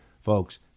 Folks